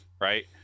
right